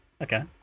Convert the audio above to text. Okay